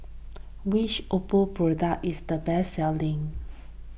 which Oppo product is the best selling